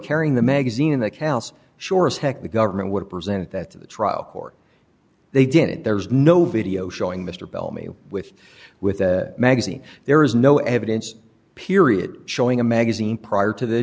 carrying the magazine in that house sure as heck the government would present that to the trial court they did it there was no video showing mr bellamy with with a magazine there is no evidence period showing a magazine prior to th